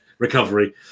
recovery